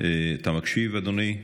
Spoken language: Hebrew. אתה מקשיב, אדוני,